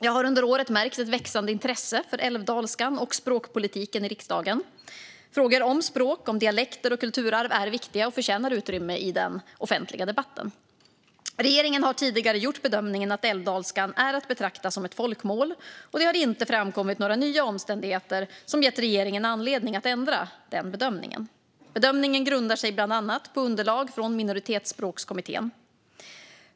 Jag har under året märkt ett växande intresse i riksdagen för älvdalskan och språkpolitik. Frågor om språk, dialekter och kulturarv är viktiga och förtjänar utrymme i den offentliga debatten. Regeringen har tidigare gjort bedömningen att älvdalskan är att betrakta som ett folkmål, och det har inte framkommit några nya omständigheter som gett regeringen anledning att ändra den bedömningen. Bedömningen grundar sig bland annat på underlag från Minoritetsspråkskommittén.